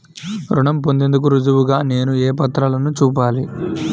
రుణం పొందేందుకు రుజువుగా నేను ఏ పత్రాలను చూపాలి?